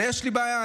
ויש לי בעיה.